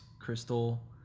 crystal